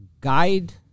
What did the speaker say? guide